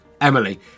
Emily